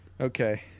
Okay